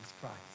Christ